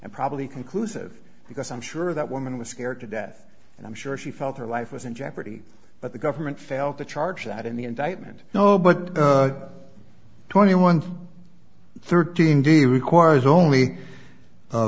and probably conclusive because i'm sure that woman was scared to death and i'm sure she felt her life was in jeopardy but the government failed to charge that in the indictment no but twenty one thirteen d d requires only